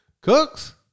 Cooks